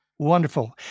Wonderful